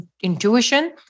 intuition